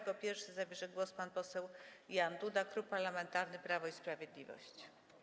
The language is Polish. Jako pierwszy zabierze głos pan poseł Jan Duda, Klub Parlamentarny Prawo i Sprawiedliwość.